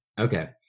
Okay